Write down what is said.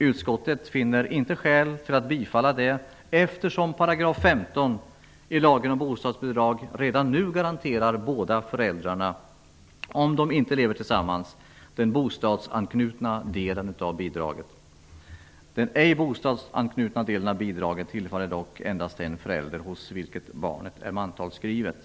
Utskottet finner inte skäl för att tillstyrka detta förslag, eftersom 15 § lagen om bostadsbidrag redan nu garanterar båda föräldrarna, om de inte lever tillsammans, den bostadsanknutna delen av bidraget. Den ej bostadsanknutna delen av bidraget tillfaller dock endast den förälder hos vilken barnet är mantalsskrivet.